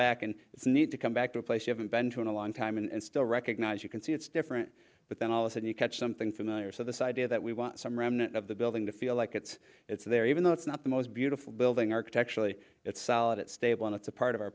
back and it's neat to come back to a place you haven't been to in a long time and still recognize you can see it's different but then all this and you catch something familiar so this idea that we want some remnant of the building to feel like it's it's there even though it's not the most beautiful building architecturally it's solid it's stable and it's a part of our